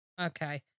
Okay